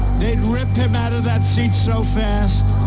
they'd rip him out of that seat so fast.